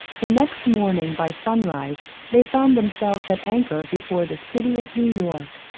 the next morning by sun-rise they found themselves at anchor before the city of new-york.